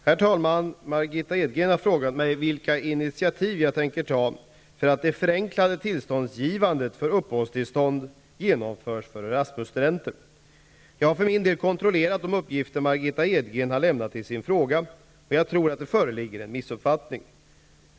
Herr talman! Margitta Edgren har frågat mig vilka initiativ jag tänker ta för att det förenklade tillståndsgivandet för uppehållstillstånd genomförs för ERASMUS-studenter. Jag har för min del kontrollerat de uppgifter Margitta Edgren har lämnat i sin fråga, och jag tror att det föreligger en missuppfattning.